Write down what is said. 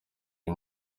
uyu